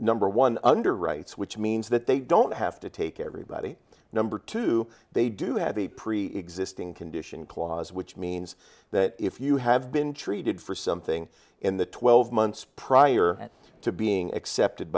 number one under rights which means that they don't have to take everybody number two they do have a preexisting condition clause which means that if you have been treated for something in the twelve months prior to being accepted